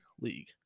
league